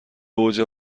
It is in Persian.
اوج